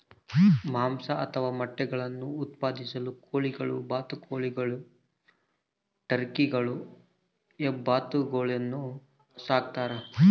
ಮಾಂಸ ಅಥವಾ ಮೊಟ್ಟೆಗುಳ್ನ ಉತ್ಪಾದಿಸಲು ಕೋಳಿಗಳು ಬಾತುಕೋಳಿಗಳು ಟರ್ಕಿಗಳು ಹೆಬ್ಬಾತುಗಳನ್ನು ಸಾಕ್ತಾರ